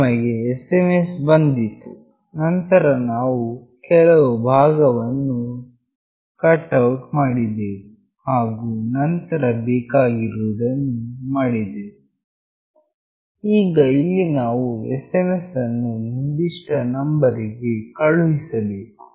ನಮಗೆ SMS ಬಂದಿತು ನಂತರ ನಾವು ಕೆಲವು ಭಾಗವನ್ನು ಕಟೌಟ್ ಮಾಡಿದೆವು ಹಾಗು ನಂತರ ಬೇಕಾಗಿರುವುದನ್ನು ಮಾಡಿದೆವು ಈಗ ಇಲ್ಲಿ ನಾವು SMS ಅನ್ನು ನಿರ್ದಿಷ್ಟ ನಂಬರ್ ಗೆ ಕಳುಹಿಸಬೇಕು